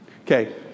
Okay